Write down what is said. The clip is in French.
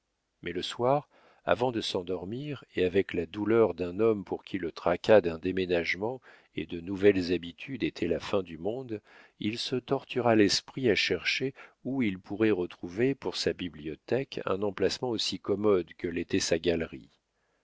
mais le soir avant de s'endormir et avec la douleur d'un homme pour qui le tracas d'un déménagement et de nouvelles habitudes étaient la fin du monde il se tortura l'esprit à chercher où il pourrait retrouver pour sa bibliothèque un emplacement aussi commode que l'était sa galerie